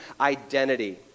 identity